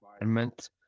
environment